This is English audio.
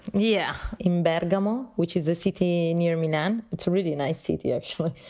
yeah imbaba gummow, which is a city near me, nan. it's a really nice city, actually,